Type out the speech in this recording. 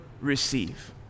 receive